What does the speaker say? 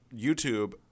YouTube